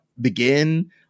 begin